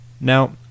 Now